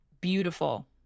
beautiful